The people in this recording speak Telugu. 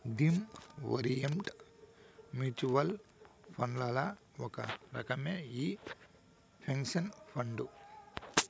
థీమ్ ఓరిఎంట్ మూచువల్ ఫండ్లల్ల ఒక రకమే ఈ పెన్సన్ ఫండు